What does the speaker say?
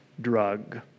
drug